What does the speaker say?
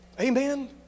amen